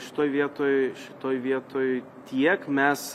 šitoj vietoj šitoj vietoj tiek mes